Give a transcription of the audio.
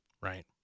right